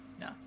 No